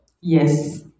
Yes